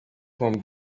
from